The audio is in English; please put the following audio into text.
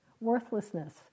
worthlessness